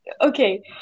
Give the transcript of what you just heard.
Okay